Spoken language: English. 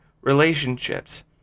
relationships